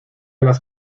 las